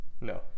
No